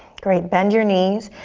great, bend your knees,